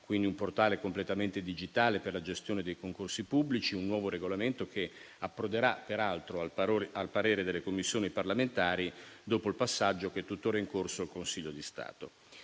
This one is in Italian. gennaio il portale InPA, completamente digitale, per la gestione dei concorsi pubblici, e un nuovo regolamento, che approderà peraltro al parere delle Commissioni parlamentari dopo il passaggio che è tuttora in corso al Consiglio di Stato;